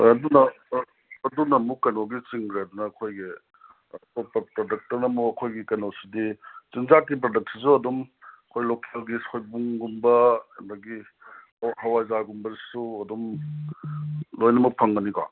ꯍꯣꯏ ꯑꯗꯨꯅ ꯑꯃꯨꯛ ꯀꯩꯅꯣꯒꯤ ꯆꯤꯡꯈ꯭ꯔꯦꯗꯅ ꯑꯩꯈꯣꯏꯒꯤ ꯄ꯭ꯔꯗꯛꯇꯨꯅ ꯑꯃꯨꯛ ꯑꯩꯈꯣꯏꯒꯤ ꯀꯩꯅꯣꯁꯤꯗꯤ ꯆꯤꯟꯖꯥꯛꯀꯤ ꯄ꯭ꯔꯗꯛꯁꯤꯁꯨ ꯑꯗꯨꯝ ꯑꯩꯈꯣꯏ ꯂꯣꯀꯦꯜꯒꯤ ꯁꯣꯏꯕꯨꯝꯒꯨꯝꯕ ꯑꯗꯒꯤ ꯄꯣꯡ ꯍꯋꯥꯏꯖꯥꯔꯒꯨꯝꯕꯁꯤꯁꯨ ꯑꯗꯨꯝ ꯂꯣꯏꯅꯃꯛ ꯐꯪꯒꯅꯤꯀꯣ